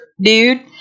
dude